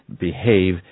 behave